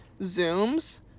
Zooms